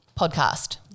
podcast